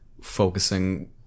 focusing